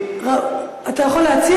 אתה יכול להציע.